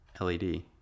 LED